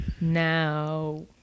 Now